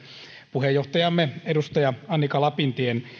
puheenjohtajamme edustaja annika lapintien